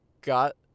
got